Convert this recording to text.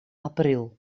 april